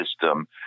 system